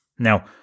Now